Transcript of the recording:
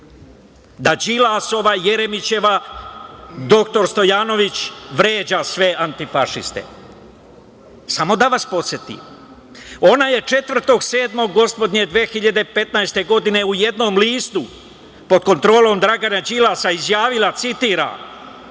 da Đilasova, Jeremićeva, dr Stojanović vređa sve antifašiste. Samo da vas podsetim, ona je 4. 7. 2015. godine u jednom listu pod kontrolom Dragana Đilasa izjavila, citiram: